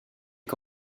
des